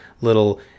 little